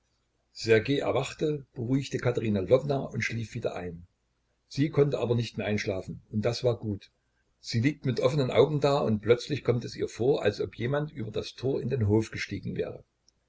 erwachte beruhigte katerina lwowna und schlief wieder ein sie konnte aber nicht mehr einschlafen und das war gut sie liegt mit offenen augen da und plötzlich kommt es ihr vor als ob jemand über das tor in den hof gestiegen wäre